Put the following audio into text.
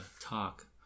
talk